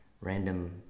random